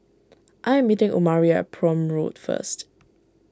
I am meeting Omari Prome Road first